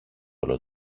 όλο